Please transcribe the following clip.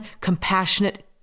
compassionate